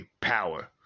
Power